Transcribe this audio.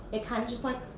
it kind of just went.